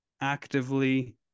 actively